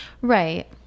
Right